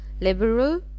liberal